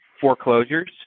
foreclosures